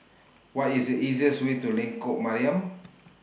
What IS The easiest Way to Lengkok Mariam